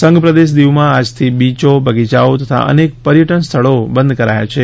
સંઘ પ્રદેશ દીવમાં આજથી બીયો બગીયાઓ તથા અનેક પર્યટન સ્થળો બંધ કરાયા છે